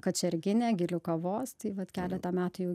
kačerginę gilių kavos tai vat keletą metų jau